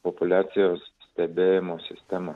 populiacijos stebėjimo sistemą